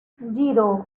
zero